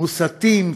מוסתים,